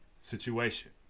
situation